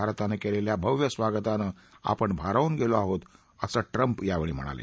भारतानं केलेल्या भव्य स्वागतानं आपण भारावून गेलो आहोत असं ट्रम्प यावेळी म्हणाले